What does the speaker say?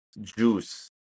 juice